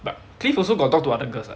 but cliff also got talk to other girls what